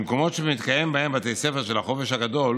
מקומות שמתקיימים בהם בתי ספר של החופש הגדול